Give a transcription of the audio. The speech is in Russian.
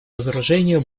разоружению